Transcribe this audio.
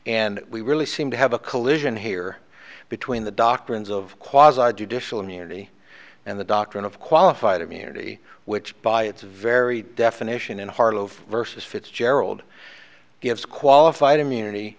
and we really seem to have a collision here between the doctrines of quasi judicial immunity and the doctrine of qualified immunity which by its very definition in heart of versus fitzgerald gives qualified immunity